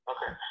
Okay